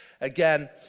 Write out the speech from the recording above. again